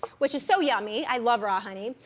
which is so yummy. i love raw honey,